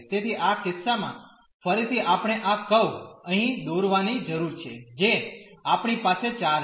તેથી આ કિસ્સામાં ફરીથી આપણે આ કર્વ અહીં દોરવાની જરૂર છે જે આપણી પાસે 4 છે